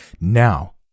Now